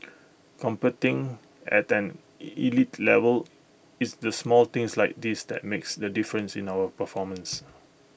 competing at an elite level it's the small things like this that makes the difference in our performance